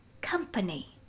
company